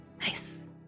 Nice